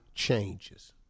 changes